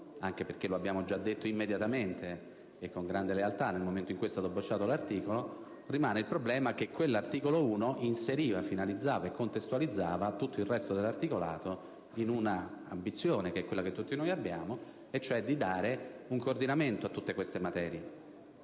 anche perché l'abbiamo detto immediatamente e con grande lealtà nel momento in cui è stato bocciato l'articolo 1 - rimane il problema che quell'articolo inseriva, finalizzava e contestualizzava tutto il resto dell'articolato nell'ambizione, che tutti noi abbiamo, di dare un coordinamento a tutte queste materie.